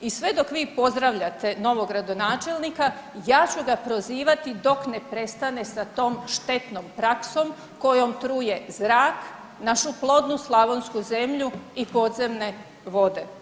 I sve dok vi pozdravljate novog gradonačelnika ja ću ga prozivati dok ne prestane sa tom štetnom praksom kojom truje zrak, našu plodnu slavonsku zemlju i podzemne vode.